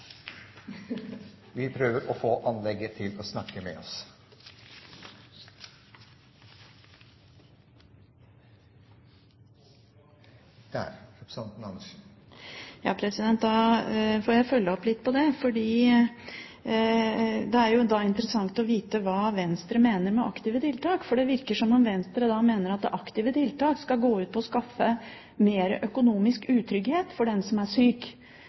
vi skal motivere folk til å komme i arbeid. Da får jeg følge det opp litt, for det er jo interessant å få vite hva Venstre mener med aktive tiltak. Det virker som om Venstre da mener at aktive tiltak skal gå ut på å skape mer økonomisk utrygghet for dem som er